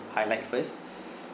highlight first